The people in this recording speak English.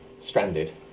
stranded